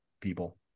people